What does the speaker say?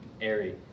airy